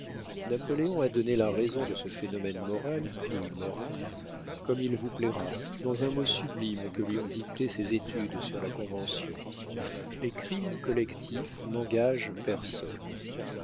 napoléon a donné la raison de ce phénomène moral ou immoral comme il vous plaira dans un mot sublime que lui ont dicté ses études sur la convention les crimes collectifs n'engagent personne